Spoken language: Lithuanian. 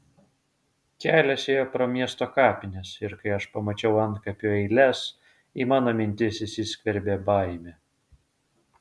kelias ėjo pro miesto kapines ir kai aš pamačiau antkapių eiles į mano mintis įsiskverbė baimė